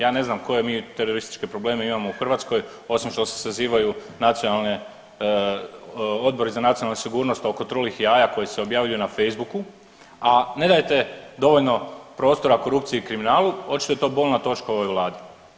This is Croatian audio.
Ja ne znam koje mi terorističke probleme imamo u Hrvatskoj osim što se sazivaju nacionalne, Odbori za nacionalnu sigurnost oko trulih jaja koji se objavljuju na Facebooku, a ne dajete dovoljno prostora korupciji i kriminalu, očito je to bolna točka ovoj vladi.